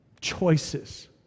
choices